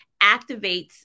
activates